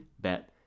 bet